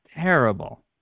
Terrible